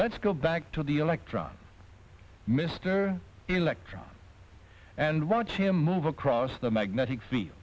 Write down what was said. let's go back to the electron mr electron and watch him move across the magnetic f